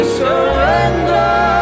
surrender